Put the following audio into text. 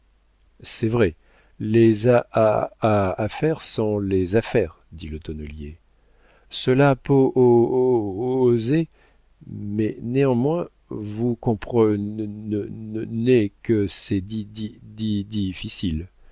c'est vrai les a a a affaires sont les affaires dit le tonnelier cela pooooosé mais néanmoins vous compre ne ne ne nez que c'est di di di difficile